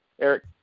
Eric